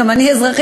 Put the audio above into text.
גם אני אזרחית,